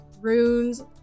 runes